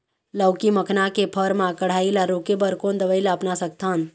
लाउकी मखना के फर मा कढ़ाई ला रोके बर कोन दवई ला अपना सकथन?